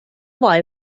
وای